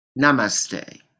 namaste